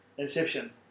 Inception